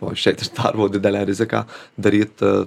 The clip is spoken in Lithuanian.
o še tau buvo didelė rizika daryti